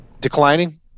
Declining